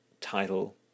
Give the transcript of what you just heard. title